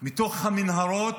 מתוך המנהרות.